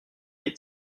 les